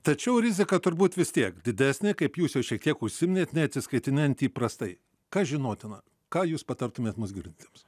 tačiau rizika turbūt vis tiek didesnė kaip jūs jau šiek tiek užsiminėte neatsiskaitinėjant įprastai kas žinotina ką jūs patartumėte mūsų grupėms